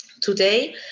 Today